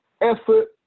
effort